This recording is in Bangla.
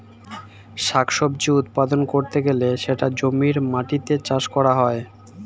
শাক সবজি উৎপাদন করতে গেলে সেটা জমির মাটিতে চাষ করা হয়